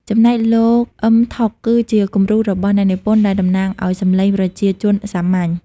ចំណែកលោក អ៊ឹម ថុក គឺជាគំរូរបស់អ្នកនិពន្ធដែលតំណាងឲ្យសំឡេងប្រជាជនសាមញ្ញ។